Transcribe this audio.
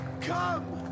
Come